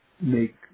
make